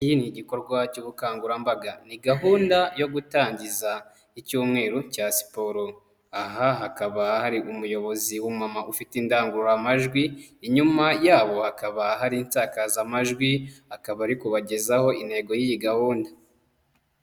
Iki ni igikorwa cy'ubukangurambaga, ni gahunda yo gutangiza icyumweru cya siporo, aha hakaba hari umuyobozi w'umumama ufite indangururamajwi, inyuma yabo hakaba hari insakazamajwi, akaba ari kubagezaho intego y'iyi gahunda.